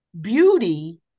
beauty